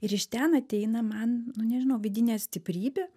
ir iš ten ateina man nu nežinau vidinė stiprybė